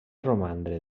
romandre